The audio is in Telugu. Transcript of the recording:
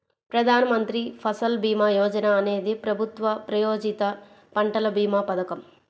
ప్రధాన్ మంత్రి ఫసల్ భీమా యోజన అనేది ప్రభుత్వ ప్రాయోజిత పంటల భీమా పథకం